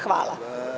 Hvala.